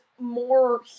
more